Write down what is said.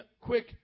quick